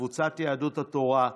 קבוצת סיעת יהדות התורה,